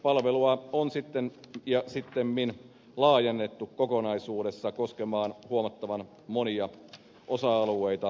palvelua on sittemmin laajennettu koskemaan huomattavan monia osa alueita lähetyksistä